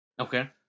Okay